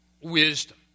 wisdom